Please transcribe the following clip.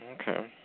Okay